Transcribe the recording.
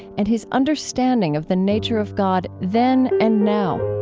and his understanding of the nature of god then and now